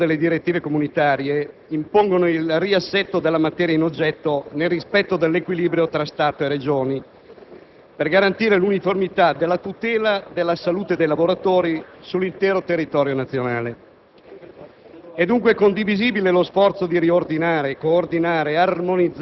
Come dicevo, i provvedimenti di recepimento delle direttive comunitarie impongono il riassetto della materia in oggetto, nel rispetto dell'equilibrio tra Stato e Regioni, per garantire l'uniformità della tutela della salute dei lavoratori sull'intero territorio nazionale.